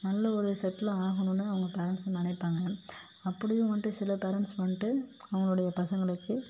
நல்ல ஒரு செட்டில் ஆகணுன்னு அவங்க பேரண்ட்ஸ் நினைப்பாங்க அப்படியும் வந்துட்டு சில பேரண்ட்ஸ் வந்துட்டு அவங்களுடைய பசங்களுக்கு